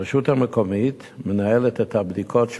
הרשות המקומית מנהלת את הבדיקות של